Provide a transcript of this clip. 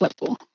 level